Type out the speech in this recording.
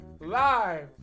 live